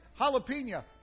jalapeno